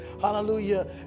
hallelujah